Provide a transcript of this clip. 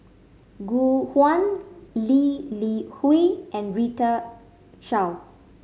Gu Juan Lee Li Hui and Rita Chao